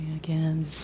Again